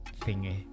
thingy